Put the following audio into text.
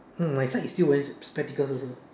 mm my side is still wearing spectacles also